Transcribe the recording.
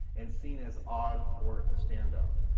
and seen as odd or a standout.